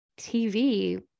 TV